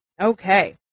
Okay